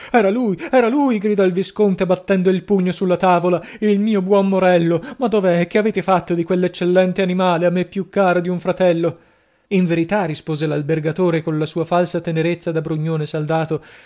era lui era lui gridò il visconte battendo il pugno sulla tavola il mio buon morello ma dov'è che avete fatto di quell'eccellente animale a me più caro di un fratello in verità rispose l'albergatore colla sua falsa tenerezza da brugnone saldato